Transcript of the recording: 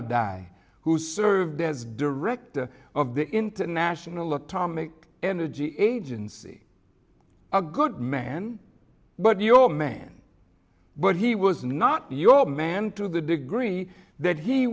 i who served as director of the international atomic energy agency a good man but your man but he was not your man to the degree that he